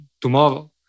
tomorrow